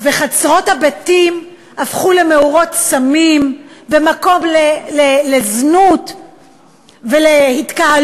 וחצרות הבתים הפכו למאורות סמים ומקום לזנות ולהתקהלות.